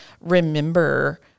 remember